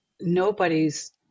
nobody's